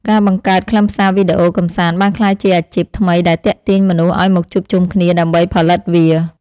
ការបង្កើតខ្លឹមសារវីដេអូកម្សាន្តបានក្លាយជាអាជីពថ្មីដែលទាក់ទាញមនុស្សឱ្យមកជួបជុំគ្នាដើម្បីផលិតវា។